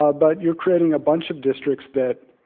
ah but you're creating a bunch of districts that,